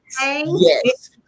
yes